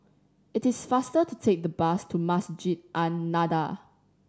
it is faster to take the bus to Masjid An Nahdhah